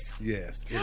Yes